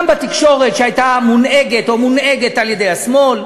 גם בתקשורת, שהייתה מונהגת על-ידי השמאל,